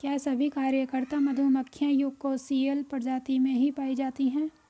क्या सभी कार्यकर्ता मधुमक्खियां यूकोसियल प्रजाति में ही पाई जाती हैं?